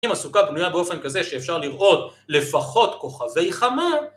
אם הסוכה בנויה באופן כזה שאפשר לראות לפחות כוכבי חמה...